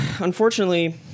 unfortunately